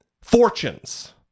fortunes